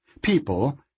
people